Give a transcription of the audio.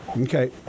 Okay